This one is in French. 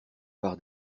par